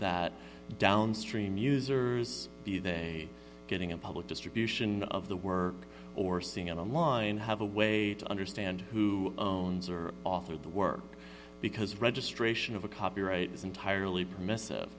that downstream users be they getting a public distribution of the work or seeing it online have a way to understand who owns or author the work because registration of a copyright is entirely permissive